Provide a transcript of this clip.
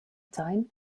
time